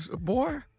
boy